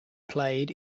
played